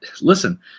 listen